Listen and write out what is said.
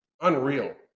unreal